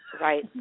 right